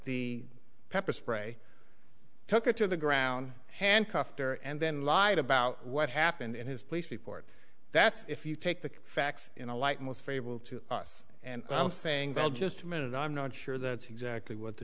the pepper spray took her to the ground handcuffed her and then lied about what happened in his place report that's if you take the facts in a light most favorable to us and i'm saying bell just a minute i'm not sure that's exactly what the